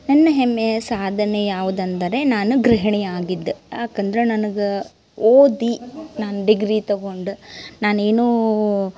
ನನ್ನ ಹೆಮ್ಮೆಯ ಸಾಧನೆ ಯಾವುದಂದರೆ ನಾನು ಗೃಹಿಣಿ ಆಗಿದ್ದು ಯಾಕಂದ್ರೆ ನನಗೆ ಓದಿ ನಾನು ಡಿಗ್ರಿ ತಗೊಂಡು ನಾನೇನೂ